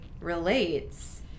relates